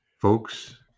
folks